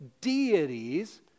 deities